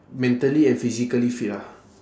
mentally and physically fit ah